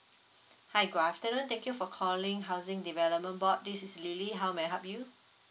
hi good afternoon thank you for calling housing development board this is lily how may I help you